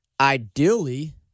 Ideally